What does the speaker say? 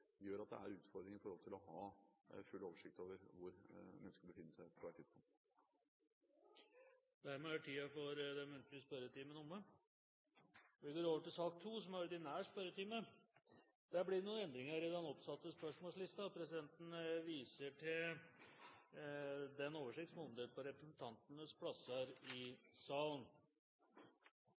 gjør at det er utfordringer når det gjelder å ha full oversikt over hvor mennesker befinner seg på ethvert tidspunkt. Dermed er den muntlige spørretimen omme. Det blir noen endringer i den oppsatte spørsmålslisten. Presidenten viser i den sammenheng til den oversikt som er omdelt på representantenes plasser i salen.